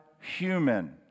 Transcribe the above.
human